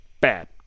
bad